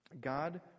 God